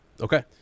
Okay